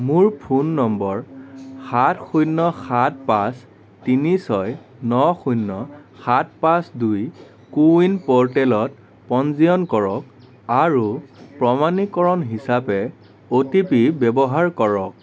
মোৰ phone number সাত শূন্য সাত পাঁচ তিনি ছয় ন শূন্য সাত পাঁচ দুই কো ৱিন প'ৰ্টেলত পঞ্জীয়ন কৰক আৰু প্ৰমাণীকৰণ হিচাপে অ'টিপি ব্যৱহাৰ কৰক